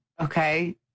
Okay